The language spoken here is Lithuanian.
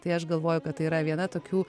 tai aš galvoju kad tai yra viena tokių